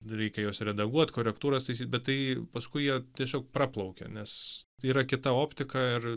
reikia juos redaguot korektūras taisyt bet tai paskui jie tiesiog praplaukia nes tai yra kita optika ir